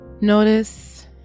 notice